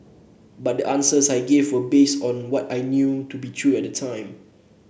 but the answers I gave were based on what I knew to be true at the time